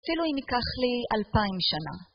אפילו אם ייקח לי אלפיים שנה.